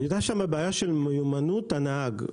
הייתה שם בעיה של מיומנות הנהג.